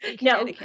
No